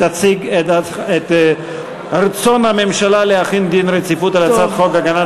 תציג את רצון הממשלה להחיל דין רציפות על הצעת חוק הגנת